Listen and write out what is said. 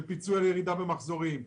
של פיצוי על ירידה במחזורים,